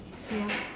ya